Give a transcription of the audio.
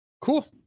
Cool